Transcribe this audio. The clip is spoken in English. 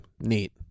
Neat